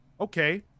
Okay